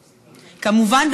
כמובן,